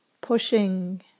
pushing